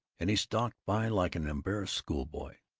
and he stalked by like an embarrassed schoolboy.